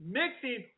mixing